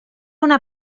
una